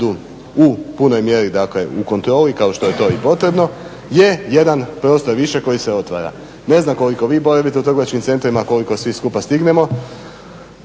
u punoj mjeri u kontroli kao što je to i potrebno je jedan prostor više koji se otvara. Ne znam koliko vi boravite u trgovačkim centrima, koliko sve skupa stignemo,